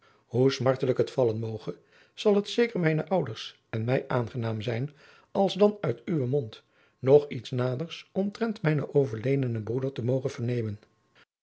hoe smartelijk het vallen moge zal het zeker mijne ouders en mij aangenaam zijn alsdan uit uwen mond nog iets naders omtrent mijnen overledenen broeder te mogen vernemen